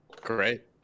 Great